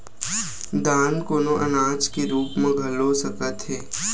दान कोनो अनाज के रुप म घलो हो सकत हे